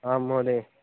आं महोदय